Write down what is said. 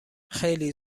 خیلی